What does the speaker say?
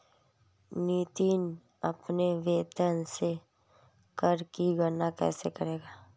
नितिन अपने वेतन से कर की गणना कैसे करेगा?